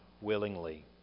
willingly